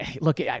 look